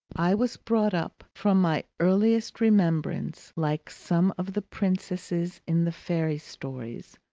i was brought up, from my earliest remembrance like some of the princesses in the fairy stories,